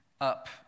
up